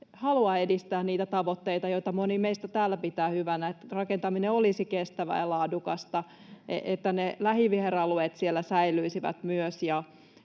haluavat edistää niitä tavoitteita, joita moni meistä täällä pitää hyvänä, kuten että rakentaminen olisi kestävää ja laadukasta, että lähiviheralueet säilyisivät myös